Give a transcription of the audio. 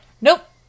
Nope